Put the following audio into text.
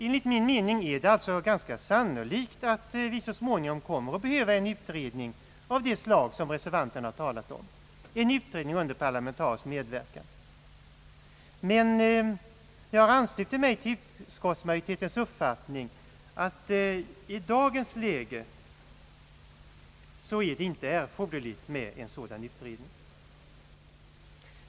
Enligt min mening är det alltså ganska sannolikt att vi så småningom kommer att behöva en utredning av det slag som reservanterna här talat om, en utredning under parlamentarisk medverkan. Men jag ansluter mig till utskottsmajoritetens uppfattning att en sådan utredning inte erfordras i dagens läge.